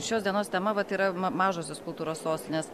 šios dienos tema vat yra mažosios kultūros sostinės